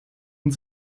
und